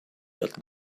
that